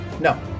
No